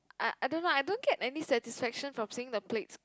I I don't know I don't get any satisfaction from seeing the plates